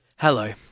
Hello